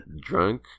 drunk